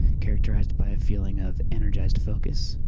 characterized by a feeling of energized focus,